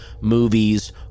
movies